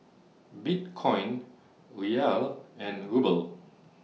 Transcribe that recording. Bitcoin Riyal and Ruble